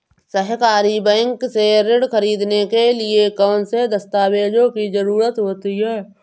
सहकारी बैंक से ऋण ख़रीदने के लिए कौन कौन से दस्तावेजों की ज़रुरत होती है?